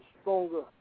stronger